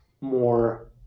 more